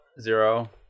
Zero